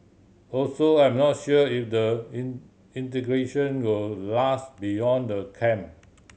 also I'm not sure if the in integration will last beyond the camp